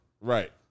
Right